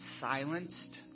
silenced